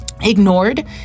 ignored